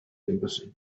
embassy